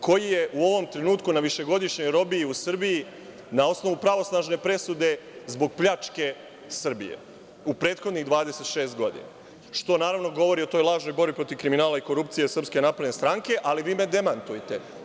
koji je u ovom trenutku na višegodišnjoj robiji u Srbiji na osnovu pravosnažne presude zbog pljačke Srbije u prethodnih 26 godina, što naravno govori o toj lažnoj borbi protiv kriminala i korupcije SNS, ali vi me demantujte.